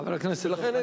חבר הכנסת דב חנין,